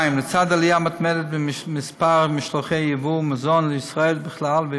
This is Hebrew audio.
לצד עלייה מתמדת במספר משלוחי יבוא מזון לישראל בכלל,